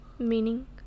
meaning